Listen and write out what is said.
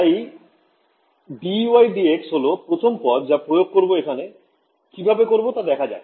তাই dEy dx হল প্রথম পদ যা প্রয়োগ করবো এখানে কিভাবে করবো তা দেখা যাক